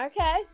okay